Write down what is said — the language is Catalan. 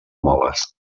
moles